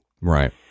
Right